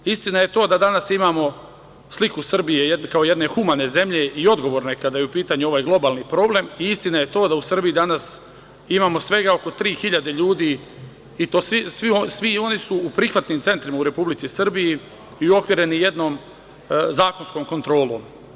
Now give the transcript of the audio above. Istina je to da danas imamo sliku Srbije kao jedne humane zemlje i odgovorne, kada je u pitanju ovaj globalni problem i istina je to da u Srbiji danas imamo svega oko tri hiljade ljudi i svi oni su u prihvatnim centrima u Republici Srbiji i uokvireni jednom zakonskom kontrolom.